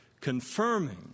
confirming